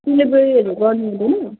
डेलिभरीहरू गर्नुहुँदैन